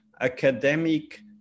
academic